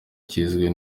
kizwi